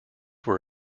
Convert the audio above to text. were